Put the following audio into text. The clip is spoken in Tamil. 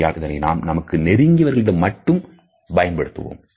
ஆகையால் இதனை நாம் நமக்கு நெருங்கியவர்களிடம் மட்டும் பயன்படுத்துவோம்